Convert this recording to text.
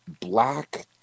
black